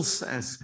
says